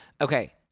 Okay